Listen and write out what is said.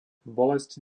bolesť